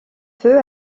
feu